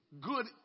Good